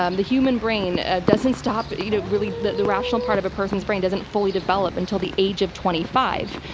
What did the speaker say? um the human brain ah doesn't stop. you know really, the the rational part of a person's brain doesn't fully develop until the age of twenty five.